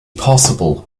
possible